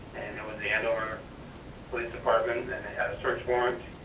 was the andover police department, and they had a search warrant.